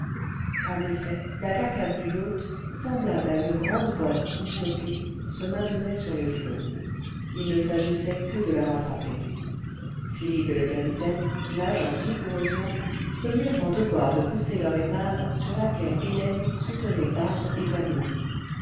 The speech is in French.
en effet la carcasse du yacht semblable à une grande boîte disloquée se maintenait sur les flots il ue s'agissait que de la rattraper philippe et le capitaine nageant vigoureusement se mirent en devoir de pousser leur épave sur laquelle hélène soutenait barbe évanouie